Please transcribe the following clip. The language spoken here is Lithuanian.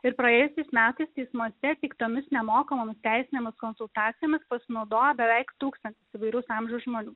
ir praėjusiais metais teismuose teiktomis nemokamomis teisinėmis konsultacijomis pasinaudojo beveik tūkstantis įvairaus amžiaus žmonių